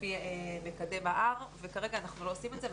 לפי מקדם ה-R וכרגע אנחנו לא עושים את זה.